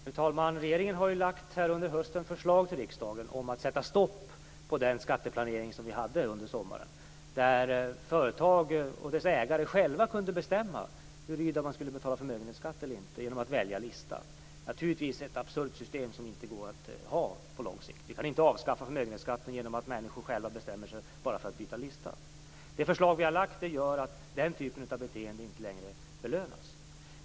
Fru talman! Regeringen har under hösten lagt fram förslag till riksdagen om att sätta stopp för den skatteplanering som vi hade under sommaren, då företag och deras ägare själva kunde bestämma huruvida de skulle betala förmögenhetsskatt eller inte genom att välja lista. Naturligtvis är det ett absurt system som man inte kan ha på lång sikt. Vi kan inte avskaffa förmögenhetsskatten genom att människor själva bestämmer sig för att byta lista. Det förslag som vi har lagt fram innebär att den typen av beteende inte längre belönas.